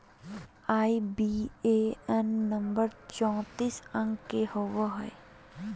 IBAN number चौतीस अंक के होवो हय